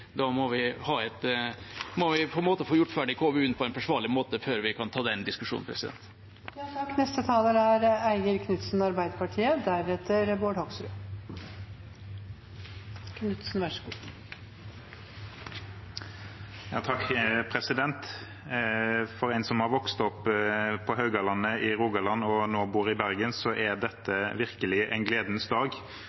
få gjort ferdig KVU-en på en forsvarlig måte før vi kan ta den diskusjonen. For en som har vokst opp på Haugalandet i Rogaland, og som nå bor i Bergen, er dette virkelig en gledens dag. Det er sju år siden Arbeiderpartiet lanserte forslaget om en KVU om veiarm mellom E134 og Bergen, og endelig i